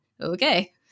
okay